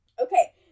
Okay